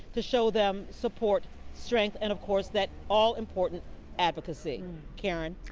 to show them support strength and of course that all important advocacy karen.